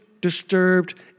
disturbed